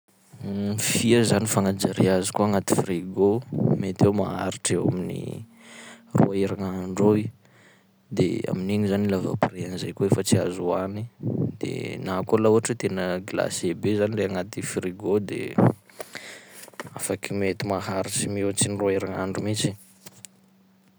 Fia zany fagnajaria azy koa agnaty frigo mety hoe maharitry eo amin'ny roa herignandro eo i, de amin'igny zany laha vao après an'izay koa efa tsy azo hohany de na koa laha ohatry hoe tena glacé be zany le agnaty frigo ao de afaky mety maharitsy mihoatsy ny roa herignandro mihitsy i.